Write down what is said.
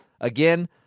Again